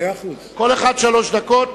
כך כתוב.